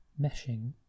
meshing